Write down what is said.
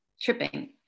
tripping